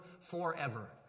forever